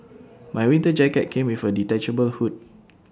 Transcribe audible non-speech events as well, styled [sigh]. [noise] my winter jacket came with A detachable hood